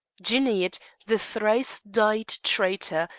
djouneid, the thrice-dyed traitor,